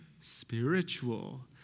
spiritual